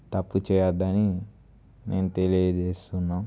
తప్పు చేయవద్దని నేను తెలియజేస్తున్నాను